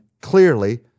clearly